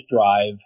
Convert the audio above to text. drive